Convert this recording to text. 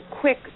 quick